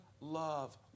love